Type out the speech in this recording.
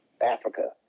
africa